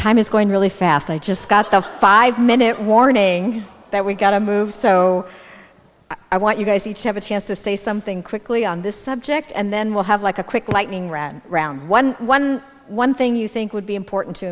time is going really fast i just got the five minute warning that we got to move so i want you guys each have a chance to say something quickly on this subject and then we'll have like a quick lightning round round one one one thing you think would be important to